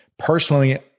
Personally